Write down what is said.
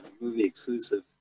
movie-exclusive